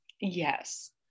Yes